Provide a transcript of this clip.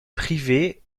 privée